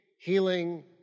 healing